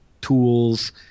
tools